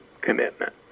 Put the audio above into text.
commitment